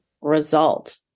result